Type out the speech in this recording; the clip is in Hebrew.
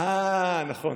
אה, נכון.